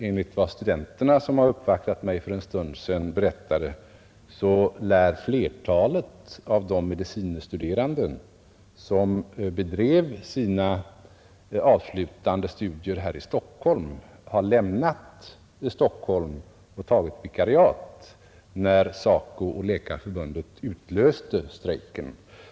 Enligt vad studenterna, som uppvaktade mig för en stund sedan, berättade har flertalet av de medicine studerande som bedrev sina avslutande studier i Stockholm lämnat Stockholm och tagit vikariat när SACO och Läkarförbundet utlöste strejken.